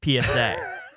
PSA